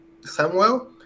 Samuel